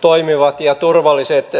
toimivat ja turvalliset